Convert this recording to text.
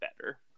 better